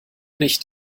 nicht